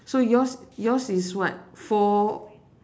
so yours yours is what four